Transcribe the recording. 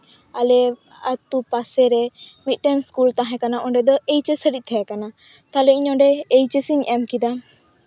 ᱟᱞᱮ ᱟᱹᱛᱩ ᱯᱟᱥᱮᱨᱮ ᱢᱤᱫᱴᱟᱝ ᱤᱥᱠᱩᱞ ᱛᱟᱦᱮᱸᱠᱟᱱᱟ ᱚᱸᱰᱮ ᱫᱚ ᱮᱭᱤᱪ ᱮᱥ ᱦᱟᱨᱤᱡ ᱛᱟᱦᱮᱸᱠᱟᱱᱟ ᱛᱟᱞᱦᱮ ᱤᱧ ᱚᱸᱰᱮ ᱮᱭᱤᱪ ᱮᱥᱤᱧ ᱮᱢᱠᱮᱫᱟ